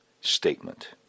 statement